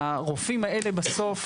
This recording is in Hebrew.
הרופאים האלה בסוף,